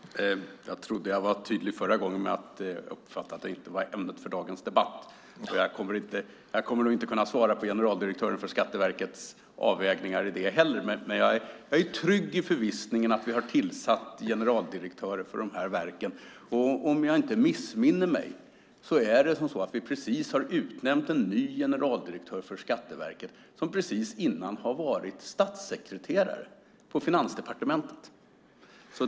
Herr talman! Jag trodde att jag var tydlig när jag sade att detta inte är ämnet för dagens debatt. Jag kommer inte att kunna redogöra för Skatteverkets generaldirektörs avvägningar. Jag är trygg i förvissningen att vi har tillsatt generaldirektörer för de här verken. Om jag inte missminner mig har vi just utnämnt en ny generaldirektör för Skatteverket som precis innan har varit statssekreterare på Finansdepartementet.